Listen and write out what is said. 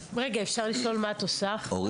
רגע, אפשר לשאול מה את עושה עכשיו?